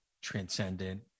transcendent